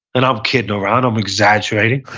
and i'm kidding around. i'm exaggerating.